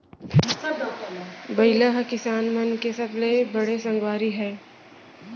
बइला ह किसान मन के सबले बड़े संगवारी हय